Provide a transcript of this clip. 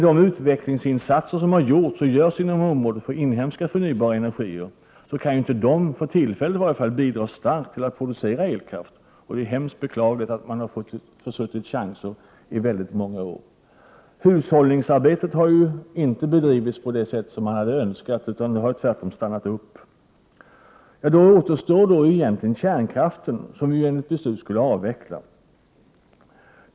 De utvecklingsinsatser som har gjorts och som görs inom området för inhemska förnybara energier kan i varje fall inte för tillfället bidra speciellt starkt till produktionen av elkraft. Det är beklagligt att man i många år har försuttit chansen. Hushållningsarbetet har inte bedrivits på det sätt man skulle ha önskat. Det har tvärtom stannat upp. Då återstår egentligen kärnkraften, som vi enligt beslut skall avveckla.